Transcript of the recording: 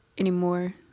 anymore